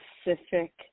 specific